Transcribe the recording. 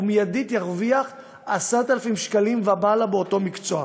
הוא מיידית ירוויח 10,000 שקלים ומעלה באותו מקצוע.